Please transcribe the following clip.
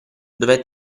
dove